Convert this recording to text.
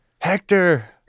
hector